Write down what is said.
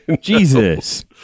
Jesus